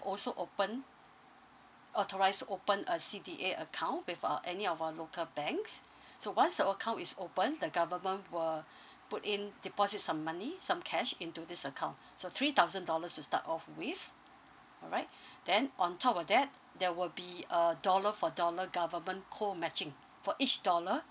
also open authorise open a C_D_A account with uh any of our local banks so once the account is open the government will put in deposit some money some cash into this account so three thousand dollars to start off with alright then on top of that there will be a dollar for dollar government co matching for each dollar